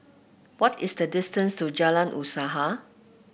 what is the distance to Jalan Usaha